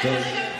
רגע,